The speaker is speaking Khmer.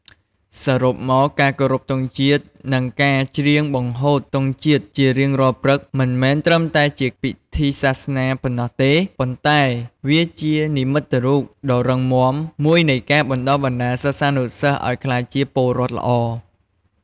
សរុបមក ការគោរពទង់ជាតិ និងការច្រៀងបង្ហូតទង់ជាតិជារៀងរាល់ព្រឹក មិនមែនត្រឹមតែជាពិធីសាសនាប៉ុណ្ណោះទេ ប៉ុន្តែវាគឺជានិមិត្តរូបដ៏រឹងមាំមួយនៃការបណ្ដុះបណ្ដាលសិស្សានុសិស្សឱ្យក្លាយជា ពលរដ្ឋល្អ។